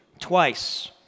twice